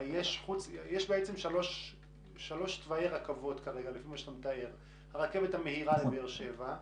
הרי יש בעצם שלוש תוואי רכבות כרגע: הרכבת המהירה לבאר שבע,